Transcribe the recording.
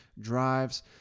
drives